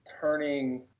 turning